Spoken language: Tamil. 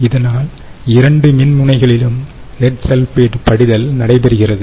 இதனால் இரண்டு மின்முனைகளிலும் லெட் சல்பேட் படிதல் நடைபெறுகிறது